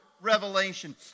revelation